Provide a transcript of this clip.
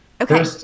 Okay